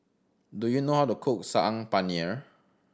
do you know how to cook Saag Paneer